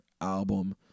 album